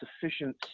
sufficient